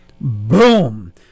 Boom